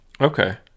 Okay